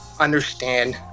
understand